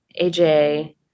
AJ